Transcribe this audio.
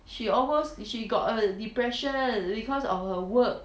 she almost she got a depression because of her work